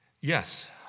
Yes